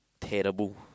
terrible